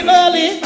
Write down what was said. early